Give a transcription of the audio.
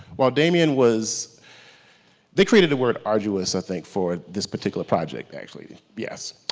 while damian was they created the word arduous i think for this particular project actually yes.